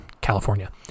California